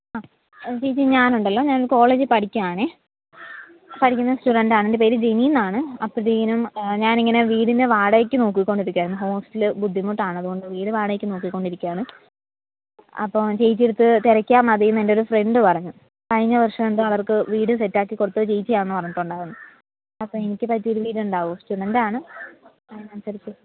ആ ചേച്ചി ഞാൻ ഉണ്ടല്ലോ ഞാൻ കോളേജിൽ പഠിക്കുകയാണ് പഠിക്കുന്ന സ്റ്റുഡൻ്റ് ആണ് എൻ്റെ പേര് ജെനി എന്നാണ് അപ്പോഴത്തേക്കിനും ഞാൻ ഇങ്ങനെ വീടിന് വാടകയ്ക്ക് നോക്കിക്കൊണ്ടൊരിക്കുക ആയിരുന്നു ഹോസ്റ്റല് ബുദ്ധിമുട്ടാണ് അതുകൊണ്ട് വീട് വാടകയ്ക്ക് നോക്കി കൊണ്ടിരിക്കുകയാണ് അപ്പോൾ ചേച്ചിയുടെ അടുത്ത് തിരക്കിയാൽ മതി എന്ന് എൻ്റെ ഒരു ഫ്രണ്ട് പറഞ്ഞു കഴിഞ്ഞ വർഷം എന്തോ അവർക്ക് വീട് ശരിയാക്കി കൊടുത്തത് ചേച്ചിയാണെന്ന് പറഞ്ഞിട്ടുണ്ടായിരുണ്ണു അപ്പോൾ എനിക്ക് പറ്റിയ ഒരു വീടുണ്ടാവുമോ സ്റ്റുഡൻ്റ് ആണ്